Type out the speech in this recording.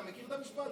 " אתה מכיר את המשפט,